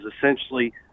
essentially